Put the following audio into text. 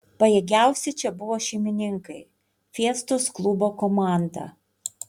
pajėgiausi čia buvo šeimininkai fiestos klubo komanda